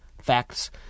facts